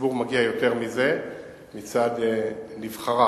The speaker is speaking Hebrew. מגיע יותר מזה מצד נבחריו.